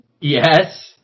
Yes